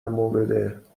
مورد